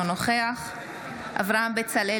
אינו נוכח אברהם בצלאל,